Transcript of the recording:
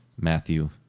Matthew